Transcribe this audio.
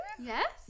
Yes